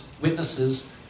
witnesses